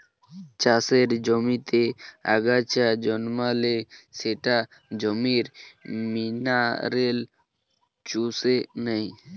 চাষের জমিতে আগাছা জন্মালে সেটা জমির মিনারেল চুষে নেয়